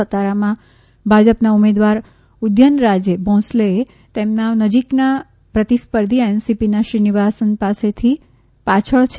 સતારામાં ભાજપના ઉમેદવાર ઉધ્યનરાજે ભોંસલેએ તેમના નજીકના પ્રતિસ્પર્ધી એનસીપીના શ્રીનિવાસ પાસેથી પાછળ છે